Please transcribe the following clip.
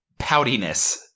poutiness